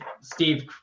Steve